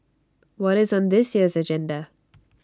what is on this year's agenda